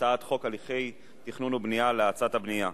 הצעת חוק הליכי התכנון והבנייה להאצת הבנייה.